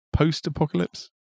post-apocalypse